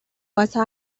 بازها